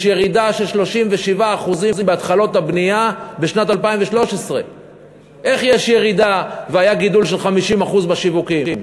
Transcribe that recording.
יש ירידה של 37% בהתחלות הבנייה בשנת 2013. איך יש ירידה והיה גידול של 50% בשיווקים?